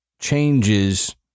changes